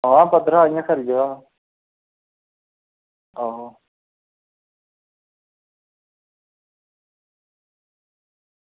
हां पद्धरा इ'यां खरी जगह आहो